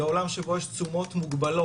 בעולם שבו יש תשומות מוגבלות,